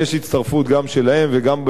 גם שלהם וגם בארצות-הברית,